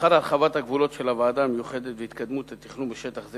לאחר הרחבת הגבולות של הוועדה המיוחדת והתקדמות התכנון בשטח זה